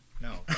No